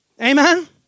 Amen